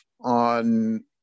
on